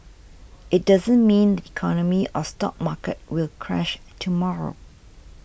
it doesn't mean the economy or stock market will crash tomorrow